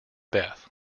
beth